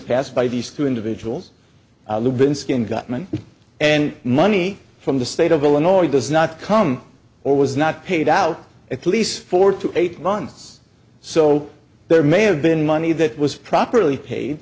past by these two individuals lubin skin gutman and money from the state of illinois does not come or was not paid out at least four to eight months so there may have been money that was properly paid